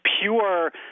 pure